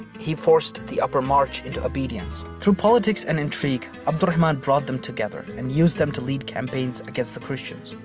he forced the upper march into obedience. through politics and intrigue, abd ah al-rahman and brought them together and used them to lead campaigns against the christians.